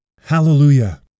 Hallelujah